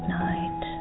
night